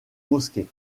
mosquée